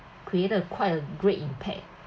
created quite a great impact